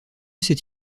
s’est